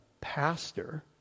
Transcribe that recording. pastor